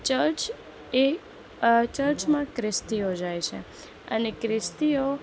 church એ ચર્ચમાં ખ્રિસ્તીઓ જાય છે અને ખ્રિસ્તીઓ